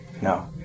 no